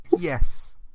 Yes